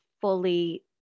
fully